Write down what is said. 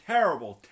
Terrible